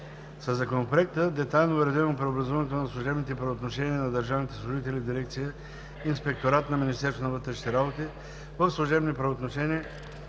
Със Законопроекта детайлно е уредено преобразуването на служебните правоотношения на държавните служители в дирекция „Инспекторат“ на Министерството на вътрешните работи в служебни правоотношения